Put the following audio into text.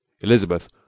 elizabeth